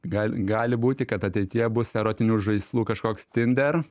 gali gali būti kad ateityje bus erotinių žaislų kažkoks tinder